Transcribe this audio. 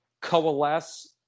coalesce